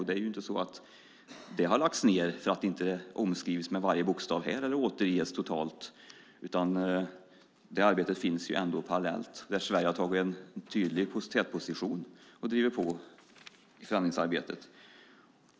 Det är inte så att det har lagts ned därför att det inte omskrivs med varje bokstav eller återges totalt, utan det arbetet finns ändå parallellt. Där har Sverige tagit en tydlig tätposition och driver på förändringsarbetet.